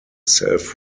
self